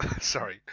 sorry